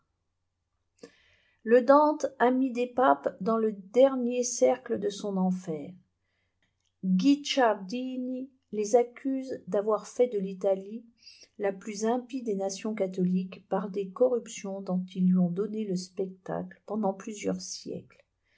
le dante a mis des papes dans le dernier cercle de de son enfer guicciardini les accuse d'avoir fait de l'italie la plus impie des nations catholiques par les corruptions dont ils lui ont donné le spectacle pendant plusieurs siècles